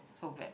so bad